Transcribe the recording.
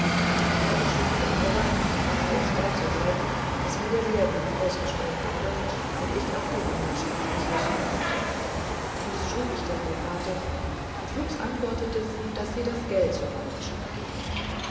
ich hatte geschick zur arbeit und brachte es bald so weit daß mir der lehrbrief ausgestellt wurde und ich auf die wanderschaft mich rüsten konnte dies schrieb ich der frau pate und flugs antwortete sie daß sie das geld zur wanderschaft gebe